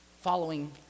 following